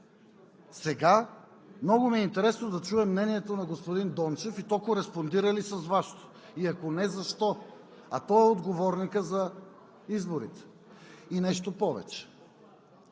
Много ми е интересно сега да чуя мнението на господин Дончев и то кореспондира ли с Вашето? И ако не – ¬защо? Той е отговорникът за изборите. Нещо повече